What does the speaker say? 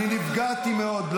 טול --- אני נפגעתי מאוד.